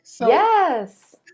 Yes